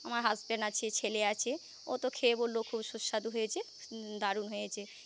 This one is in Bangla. আমার হাজব্যান্ড আছে ছেলে আছে ওতো খেয়ে বললো খুব সুস্বাদু হয়েছে দারুন হয়েছে